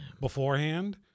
beforehand